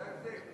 זה ההבדל.